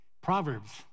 Proverbs